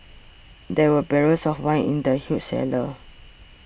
there were barrels of wine in the huge cellar